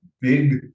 big